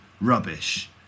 rubbish